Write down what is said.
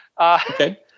Okay